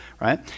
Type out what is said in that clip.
right